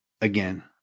again